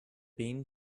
been